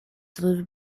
delivered